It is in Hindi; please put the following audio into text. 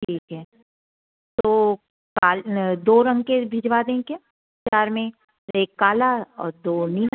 ठीक है तो दो रंग के भिजवा देंगे में एक काला और दो नीले